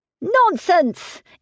Nonsense